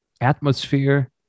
atmosphere